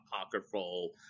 apocryphal